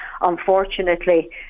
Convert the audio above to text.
unfortunately